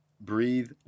breathe